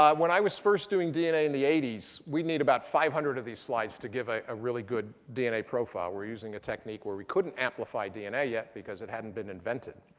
um when i was first doing dna in the eighty s, we'd need about five hundred of these slides to give a a really good dna profile. we were using a technique where we couldn't amplify dna yet because it hadn't been invented.